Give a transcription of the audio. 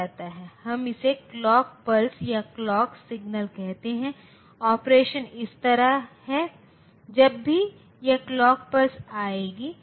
तो x को 36 या इस के किसी भी बहुगुणन के बराबर कहे x दोनों को 2 से गुणा करने के बराबर x 24 के बराबर y 32 के बराबर